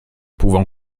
pouvant